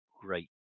great